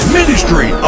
Ministry